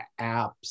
apps